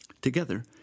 Together